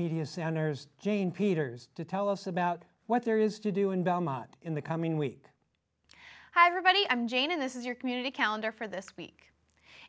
media centers again peters to tell us about what there is to do in belmont in the coming week hi everybody i'm jane and this is your community calendar for this week